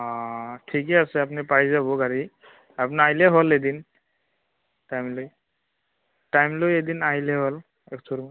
অঁ ঠিকে আছে আপুনি পাই যাব গাড়ী আপুনি আহিলে হ'ল এদিন টাইম লৈ টাইম লৈ এদিন আহিলে হ'ল শ্ব'ৰূমত